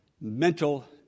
mental